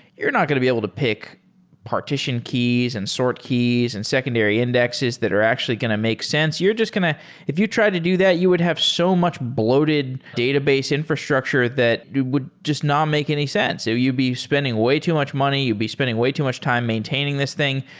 you're not going to be able to pick partition keys and sort keys and secondary indexes that are actually going to make sense. you're just going to if you try to do that, you would have so much bloated database infrastructure that would just not make any sense. so, you'd be spending way too much money. you'd be spending way too much time maintaining this thing.